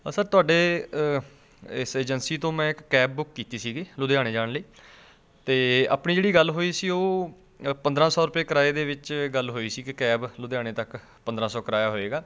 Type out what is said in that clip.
sir ਤੁਹਾਡੇ ਇਸ agency ਤੋਂ ਮੈਂ ਇੱਕ ਕੈਬ ਬੁੱਕ ਕੀਤੀ ਸੀਗੀ ਲੁਧਿਆਣੇ ਜਾਣ ਲਈ ਅਤੇ ਆਪਣੀ ਜਿਹੜੀ ਗੱਲ ਹੋਈ ਸੀ ਉਹ ਪੰਦਰਾਂ ਸੌ ਰੁਪਏ ਕਿਰਾਏ ਦੇ ਵਿੱਚ ਗੱਲ ਹੋਈ ਸੀ ਕਿ ਕੈਬ ਲੁਧਿਆਣੇ ਤੱਕ ਪੰਦਰਾਂ ਸੌ ਕਿਰਾਇਆ ਹੋਏਗਾ